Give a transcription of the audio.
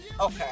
Okay